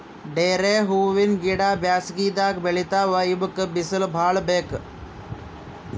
ಡೇರೆ ಹೂವಿನ ಗಿಡ ಬ್ಯಾಸಗಿದಾಗ್ ಬೆಳಿತಾವ್ ಇವಕ್ಕ್ ಬಿಸಿಲ್ ಭಾಳ್ ಬೇಕ್